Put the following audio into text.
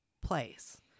place